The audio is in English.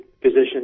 position